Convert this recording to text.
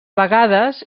vegades